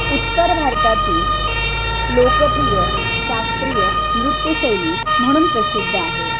उत्तर भारतातील लोकप्रिय शास्त्रीय नृत्यशैली म्हणून प्रसिद्ध आहे